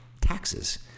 Taxes